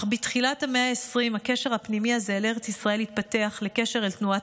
אך בתחילת המאה ה-20 הקשר הפנימי הזה אל ארץ ישראל התפתח לקשר אל התנועה